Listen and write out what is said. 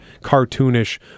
cartoonish